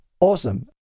Awesome